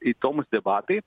įdomūs debatai